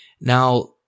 Now